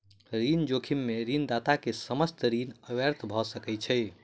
ऋण जोखिम में ऋणदाता के समस्त ऋण व्यर्थ भ सकै छै